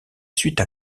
suite